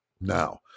Now